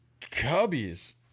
Cubbies